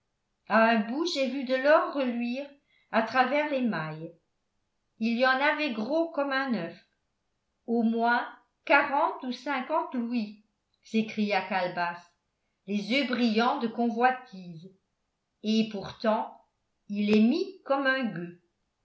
un bout j'ai vu de l'or reluire à travers les mailles il y en avait gros comme un oeuf au moins quarante ou cinquante louis s'écria calebasse les yeux brillants de convoitise et pourtant il est mis comme un gueux